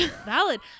valid